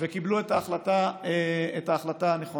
וקיבלו את ההחלטה הנכונה.